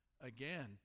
again